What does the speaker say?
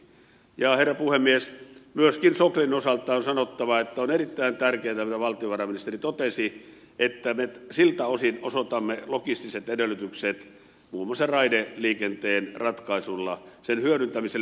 ja herra puhemies myöskin soklin osalta on sanottava että on erittäin tärkeätä mitä valtiovarainministeri totesi että me siltä osin osoitamme logistiset edellytykset muun muassa raideliikenteen ratkaisuilla sen hyödyntämiselle